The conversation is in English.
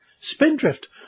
Spindrift